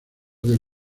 del